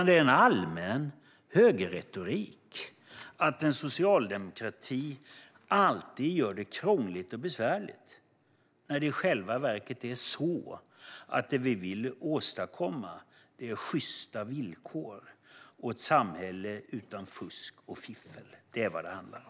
Det är allmän högerretorik att socialdemokratin alltid gör det krångligt och besvärligt. I själva verket vill vi åstadkomma sjysta villkor och ett samhälle utan fusk och fiffel. Det är vad det handlar om.